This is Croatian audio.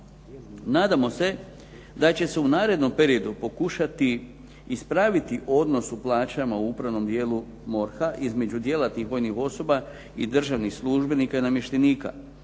Nadamo se da će se u narednom periodu pokušati ispraviti odnos u plaćama u upravnom dijelu MORH-a između djelatnih vojnih osoba i državnih službenika i namještenika.